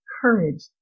courage